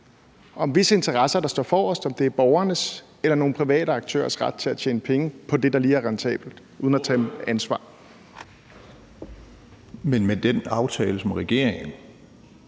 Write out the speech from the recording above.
om, hvis interesser der står forrest, om det er borgernes eller nogle private aktørers ret til at tjene penge på det, der lige er rentabelt, uden at tage ansvar. Kl. 15:53 Tredje næstformand